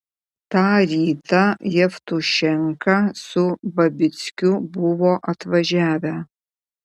tą rytą jevtušenka su babickiu buvo atvažiavę